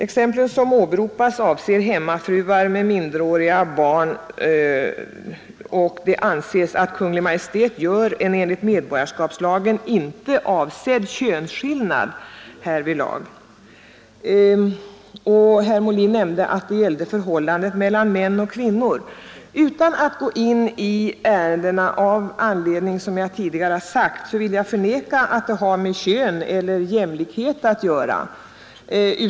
Exemplen som åberopas avser hemmafruar med minderåriga barn, och det anses att Kungl. Maj:t gör en enligt medborgarskapslagen inte avsedd könsskillnad härvidlag. Herr Molin nämnde att det gällde förhållandet mellan män och kvinnor. Utan att gå in i ärendena, av anledning som jag tidigare nämnt, vill jag förneka att det har med kön eller jämlikhet att göra.